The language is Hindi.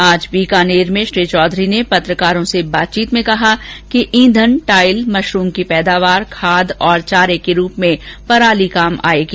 आज बीकानेर में श्री चौधरी ने पत्रकारों से बातचीत में कहा कि ईंधन टाइल मशरूम की पैदावार खाद और चारे के रूप में पराली काम आएगी